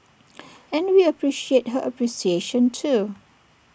and we appreciate her appreciation too